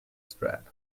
strap